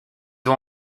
ont